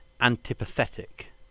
antipathetic